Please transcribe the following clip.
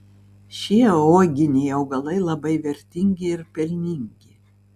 šie uoginiai augalai labai vertingi ir pelningi